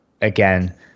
again